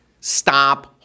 stop